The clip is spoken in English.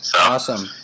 Awesome